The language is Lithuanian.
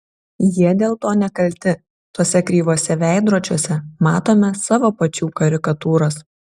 jie dėl to nekalti tuose kreivuose veidrodžiuose matome savo pačių karikatūras